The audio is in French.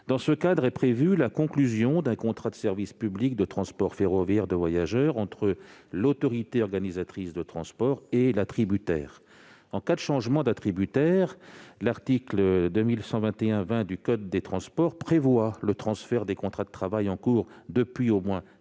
Dans ce cadre, il est prévu qu'un contrat de service public de transport ferroviaire de voyageurs soit conclu entre l'autorité organisatrice de transport et l'attributaire. En cas de changement d'attributaire, l'article L. 2121-20 du code des transports prévoit le transfert des contrats de travail en cours depuis au moins six